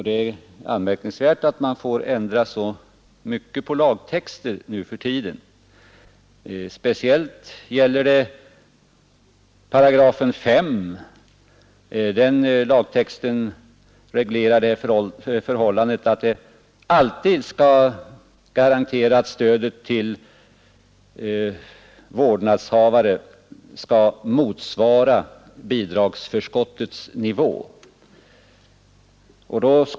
Det är anmärkningsvärt hur mycket man får ändra på lagtexter nu för tiden. Speciellt gäller det 5 8. Lagtexten där avser garantera det förhållandet att det alltid skall utgå stöd till vårdnadshavare motsvarande bidragsförskottets nivå.